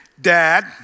Dad